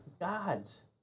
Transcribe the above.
God's